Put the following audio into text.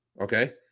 okay